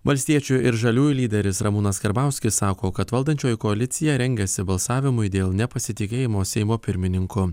valstiečių ir žaliųjų lyderis ramūnas karbauskis sako kad valdančioji koalicija rengiasi balsavimui dėl nepasitikėjimo seimo pirmininku